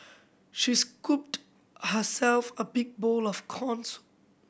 she scooped herself a big bowl of corn soup